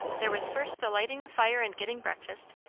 there was first the lighting the fire and getting breakfast.